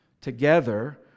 together